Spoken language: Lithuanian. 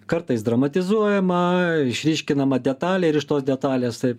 kartais dramatizuojama išryškinama detalė ir iš tos detalės taip